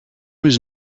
was